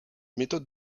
méthodes